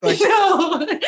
No